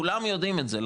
כולם יודעים את זה,